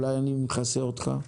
אולי אני מכסה אותך?